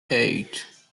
eight